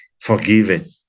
forgiven